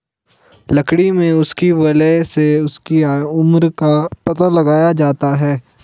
लकड़ी में उसकी वलय से उसकी उम्र का पता लगाया जाता है